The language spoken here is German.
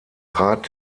rat